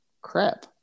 crap